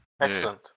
Excellent